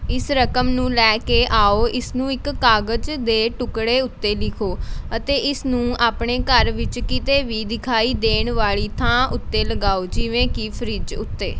ਇਸ ਰਕਮ ਨੂੰ ਲੈ ਕੇ ਆਓ ਇਸ ਨੂੰ ਇੱਕ ਕਾਗਜ ਦੇ ਟੁਕੜੇ ਉੱਤੇ ਲਿਖੋ ਅਤੇ ਇਸ ਨੂੰ ਆਪਣੇ ਘਰ ਵਿੱਚ ਕਿਤੇ ਵੀ ਦਿਖਾਈ ਦੇਣ ਵਾਲ਼ੀ ਥਾਂ ਉੱਤੇ ਲਗਾਉ ਜਿਵੇਂ ਕੀ ਫਰਿੱਜ ਉਤੇ